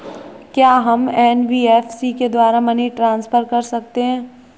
क्या हम एन.बी.एफ.सी के द्वारा मनी ट्रांसफर कर सकते हैं?